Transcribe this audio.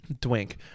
Dwink